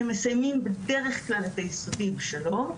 הם מסיימים בדרך כלל את היסודי בשלום,